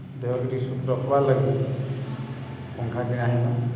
ଦେହକେ ଟିକେ ସୁଖ୍ ରଖ୍ବାର୍ ଲାଗି ପଙ୍ଖାକେ ଆନ୍ଲୁଁ